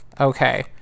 okay